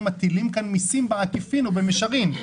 מטילים כאן מיסים בעקיפין או במישרין.